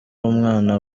umwana